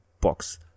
box